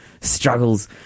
struggles